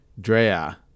Drea